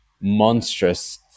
monstrous